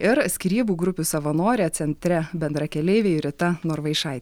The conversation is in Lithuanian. ir skyrybų grupių savanorė centre bendrakeleiviai rita norvaišaitė